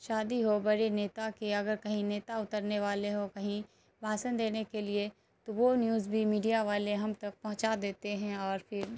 شادی ہو بڑے نیتا کی اگر کہیں نیتا اترنے والے ہوں کہیں بھاشن دینے کے لیے تو وہ نیوز بھی میڈیا والے ہم تک پہنچا دیتے ہیں اور پھر